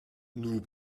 nous